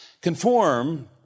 Conform